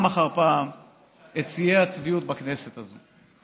אחר פעם את שיאי הצביעות בכנסת הזאת.